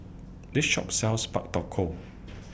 This Shop sells Pak Thong Ko